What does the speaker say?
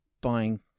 buying